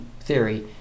theory